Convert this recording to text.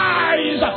eyes